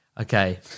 Okay